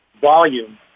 volume